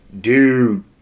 Dude